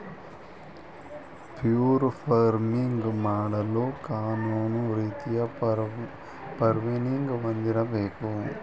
fur farming ಮಾಡಲು ಕಾನೂನು ರೀತಿಯ ಪರವಾನಿಗೆ ಹೊಂದಿರಬೇಕು